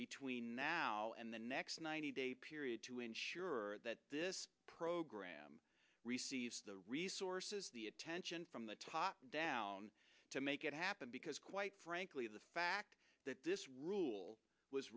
between now and the next ninety day period to ensure that this program the resources the attention from the top down to make it happen because quite frankly the fact that this rule was